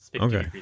Okay